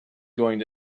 going